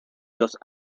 los